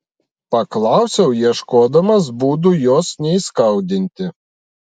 paklausiau ieškodamas būdų jos neįskaudinti